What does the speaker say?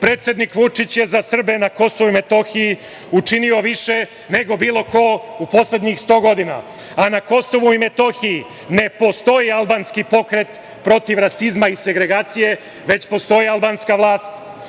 predsednik Vučić je za Srbe na KiM učinio više nego bilo ko u poslednjih 100 godina, a na KiM ne postoji albanski pokret protiv rasizma i segregacije, već postoji albanska vlast